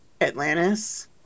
Atlantis